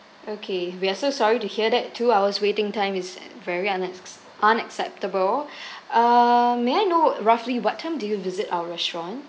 okay we're so sorry to hear that two hours waiting time is very unaccept~ unacceptable ah may I know roughly what time did you visit our restaurant